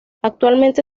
actualmente